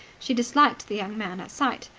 she disliked the young man at sight.